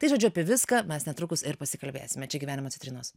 tai žodžiu apie viską mes netrukus ir pasikalbėsime čia gyvenimo citrinos